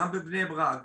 גם בבני ברק,